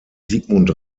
sigmund